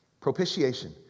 Propitiation